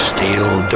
Steel